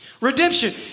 Redemption